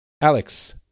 Alex